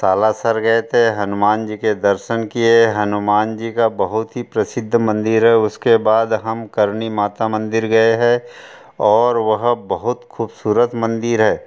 सालासर गए थे हनुमान जी के दर्शन किए हनुमान जी का बहुत ही प्रसिद्ध मंदिर है उसके बाद हम करणी माता मंदिर गए हैं और वह बहुत ख़ूबसूरत मंदिर है